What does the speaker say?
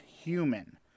human